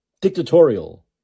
Dictatorial